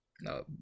No